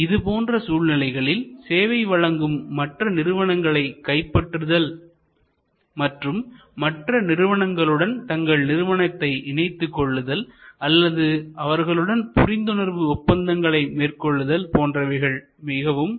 இதுபோன்ற சூழ்நிலைகளில் சேவை வழங்கும் மற்ற நிறுவனங்களை கைப்பற்றுதல் மற்றும் மற்ற நிறுவனங்களுடன் தங்கள் நிறுவனத்தை இணைத்துக் கொள்ளுதல் அல்லது அவர்களுடன் புரிந்துணர்வு ஒப்பந்தங்களை மேற்கொள்ளுதல் போன்றவைகள் மிகவும் அவசியமானதாகிறது